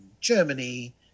Germany